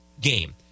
game